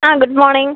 ആ good morning